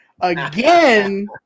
Again